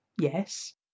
Yes